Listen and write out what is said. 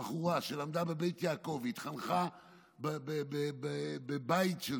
בחורה שלמדה בבית יעקב והתחנכה בבית של